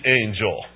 angel